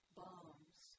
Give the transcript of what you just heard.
bombs